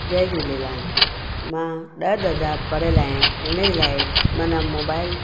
जय झूलेलाल मां ॾह दरिजा पढ़ियल आहियां हिनजे लाइ मां न मोबाइल